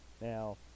Now